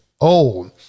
old